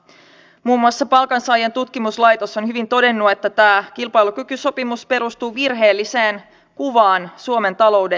muun muassa palkansaajien tutkimuslaitos on hyvin todennut että tämä kilpailukykysopimus perustuu virheelliseen kuvaan suomen taloudesta